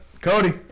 Cody